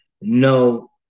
no